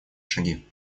шаги